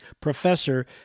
professor